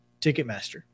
Ticketmaster